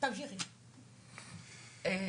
טור פז.